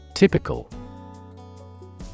Typical